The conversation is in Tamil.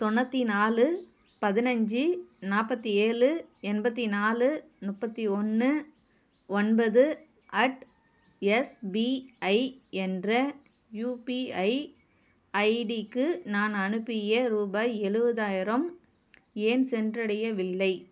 தொண்ணூற்றி நாலு பதினைஞ்சி நாற்பதி ஏழு எண்பத்தி நாலு முப்பத்தி ஒன்று ஒன்பது அட் எஸ்பிஐ என்ற யுபிஐ ஐடிக்கு நான் அனுப்பிய ரூபாய் எழுவதாயிரம் ஏன் சென்றடையவில்லை